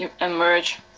emerge